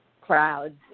crowds